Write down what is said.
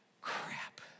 crap